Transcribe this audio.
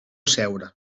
seure